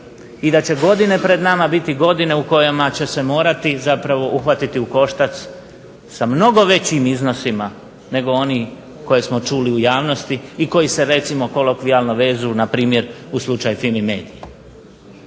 i da će godine pred nama biti godine u kojima će se morati zapravo morati uhvatiti u koštac sa mnogo većim iznosima nego oni koje smo čuli u javnosti i koji se recimo kolokvijalno vežu na primjer u slučaj FIMI MEDIA-e.